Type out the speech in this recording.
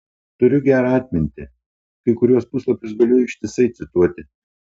turiu gerą atmintį kai kuriuos puslapius galiu ištisai cituoti